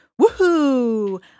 Woohoo